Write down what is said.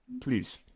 please